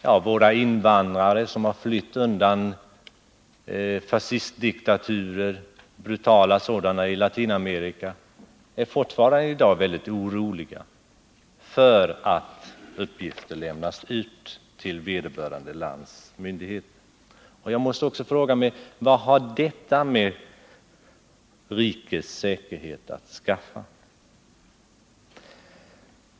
Ja, våra invandrare som har flytt undan brutala fascistdiktaturer i Latinamerika är fortfarande i dag väldigt oroliga för att uppgifter lämnas ut till vederbörande lands myndigheter. Jag måste också fråga: Vad har detta med rikets säkerhet att skaffa?